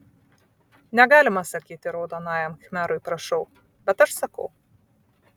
negalima sakyti raudonajam khmerui prašau bet aš sakau